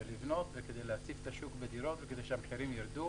לבנות ולהציף את השוק בדירות כדי שהמחירים ירדו